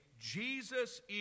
Jesus